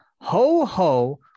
ho-ho